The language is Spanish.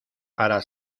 para